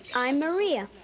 i'm maria,